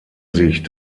sich